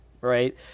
right